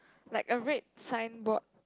like a red signboard